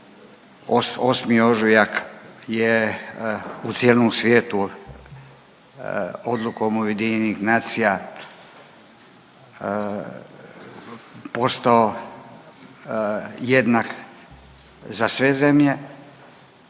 8. ožujak je u cijelom svijetu odlukom Ujedinjenih nacija postao jednak za sve zemlje.